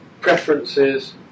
Preferences